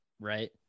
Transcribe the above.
Right